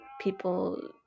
people